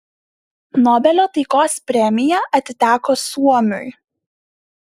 nobelio taikos premija atiteko suomiui